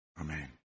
Amen